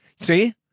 see